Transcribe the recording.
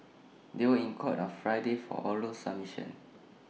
they were in court on Friday for oral submissions